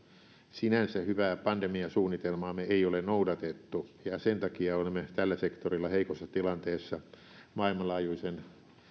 sinänsä hyvää pandemiasuunnitelmaamme ei ole noudatettu ja ja sen takia olemme tällä sektorilla heikossa tilanteessa maailmanlaajuisen